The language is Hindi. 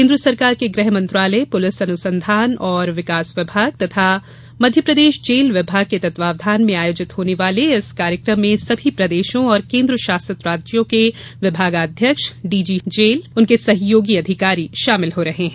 केन्द्र सरकार के गृह मंत्रालय पुलिस अनुसंधान एवं विकास विभाग तथा मध्यप्रदेश जेल विभाग के तत्वधान में आयोजित होने वाले इस कार्यक्रम में सभी प्रदेशों एवं केन्द्र शासित राज्यों के विभागाध्यक्ष डीजी जेल उनके सहयोगी अधिकारी शामिल हो रहे हैं